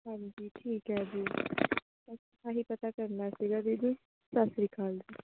ਹਾਂਜੀ ਠੀਕ ਹੈ ਜੀ ਬਸ ਆਹੀ ਪਤਾ ਕਰਨਾ ਸੀਗਾ ਦੀਦੀ ਸਤਿ ਸ਼੍ਰੀ ਅਕਾਲ ਜੀ